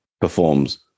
performs